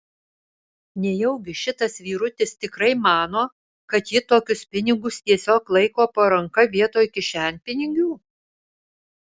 nejaugi šitas vyrutis tikrai mano kad ji tokius pinigus tiesiog laiko po ranka vietoj kišenpinigių